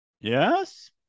Yes